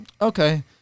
okay